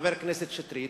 חבר הכנסת שטרית,